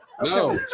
No